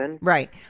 Right